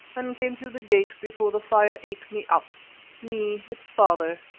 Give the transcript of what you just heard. and came through the gate before the fire ate me up me, its father,